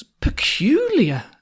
Peculiar